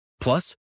Plus